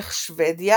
מלך שוודיה